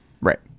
Right